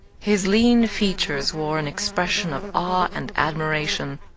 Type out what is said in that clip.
his lean features wore an expression of awe and admiration.